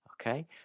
Okay